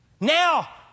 now